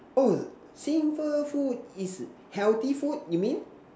oh simple food is healthy food you mean